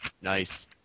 Nice